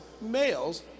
males